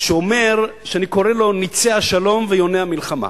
שאני קורא לו: נצי השלום ויוני המלחמה.